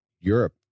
Europe